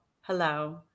Hello